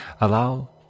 Allow